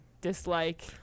dislike